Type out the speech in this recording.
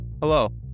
Hello